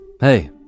Hey